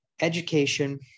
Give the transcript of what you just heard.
education